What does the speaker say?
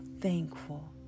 thankful